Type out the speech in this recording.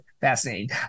Fascinating